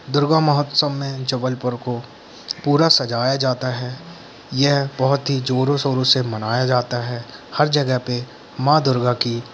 दुर्गा महोत्सव में जबलपुर को पूरा सजाया जाता है यह बहुत ही जोरों शोरों से मनाया जाता है हर जगह पे माँ दुर्गा की